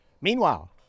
Meanwhile